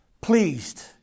pleased